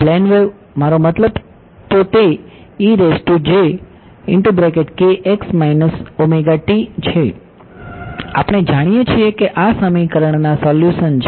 plane wave મારો મતલબ તો તે છે આપણે જાણીએ છીએ કે આ આ સમીકરણના સોલ્યુશન છે